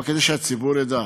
אבל זה כדי שהציבור ידע,